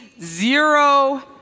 zero